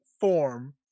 form